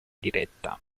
diretta